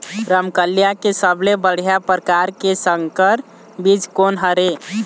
रमकलिया के सबले बढ़िया परकार के संकर बीज कोन हर ये?